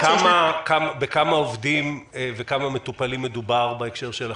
שיש -- בכמה עובדים וכמה מטופלים מדובר בהקשר שלכם?